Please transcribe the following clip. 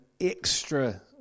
extra